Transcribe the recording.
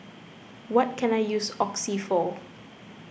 what can I use Oxy for